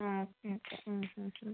ആ